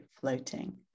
floating